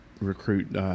recruit